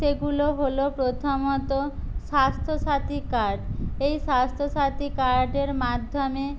সেগুলো হলো প্রথমত স্বাস্থ্যসাথি কার্ড এই স্বাস্থ্যসাথি কার্ডের মাধ্যমে